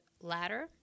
Ladder